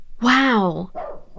Wow